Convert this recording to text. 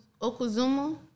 Okuzumu